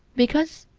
because,